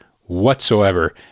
whatsoever